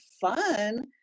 fun